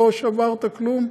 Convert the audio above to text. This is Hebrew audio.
לא שברת כלום,